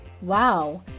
Wow